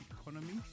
economy